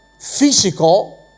Physical